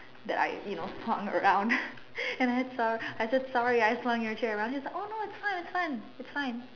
that I you know swung around and I sor~ I said sorry I swung your chair around she was like oh no it's fine it's fine it's fine